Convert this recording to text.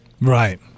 Right